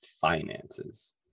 finances